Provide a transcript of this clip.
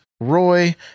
Roy